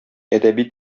әдәби